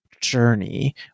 journey